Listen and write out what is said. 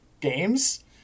games